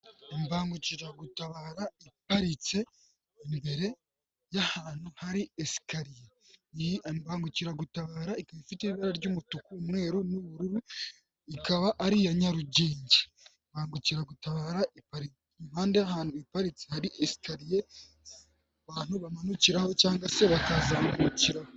Imbangukiragutabara iparitse imbere y'ahantu hari esikariye, iyi mbangukiragutabara ikaba ifite ibara ry'umutuku, umweru n'ubururu, ikaba ari iya Nyarugenge, iyi mbangukiragutabara iparitse impande y'ahantu iparitse hari esikariye abantu bamanukiraho cyangwa se bakazamukiraho.